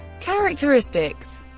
characteristics